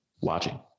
watching